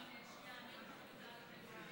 בבקשה, אדוני, עד עשר דקות.